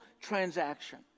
transaction